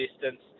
distance